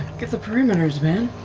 get the perimeters, man.